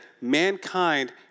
mankind